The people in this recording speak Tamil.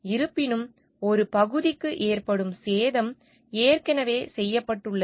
இருப்பினும் ஒரு பகுதிக்கு ஏற்படும் சேதம் ஏற்கனவே செய்யப்பட்டுள்ளது